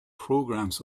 programs